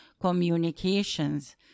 communications